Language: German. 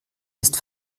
ist